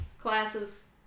classes